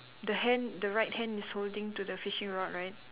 the hand the right hand is holding to the fishing rod right